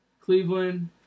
Cleveland